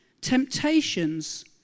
temptations